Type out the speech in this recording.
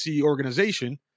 organization